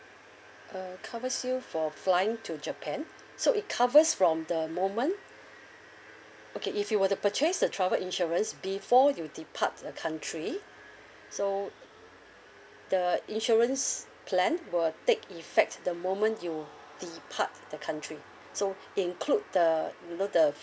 uh covers you for flying to japan so it covers from the moment okay if you were to purchase the travel insurance before you depart the country so the insurance plan will take effect the moment you depart the country so include the you know the